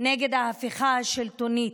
נגד ההפיכה השלטונית,